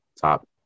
top